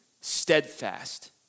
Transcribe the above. steadfast